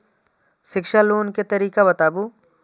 शिक्षा लोन के तरीका बताबू?